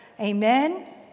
Amen